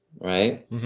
right